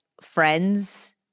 friends